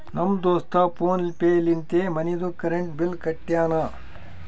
ನಮ್ ದೋಸ್ತ PhonePe ಲಿಂತೆ ಮನಿದು ಕರೆಂಟ್ ಬಿಲ್ ಕಟ್ಯಾನ್